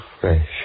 fresh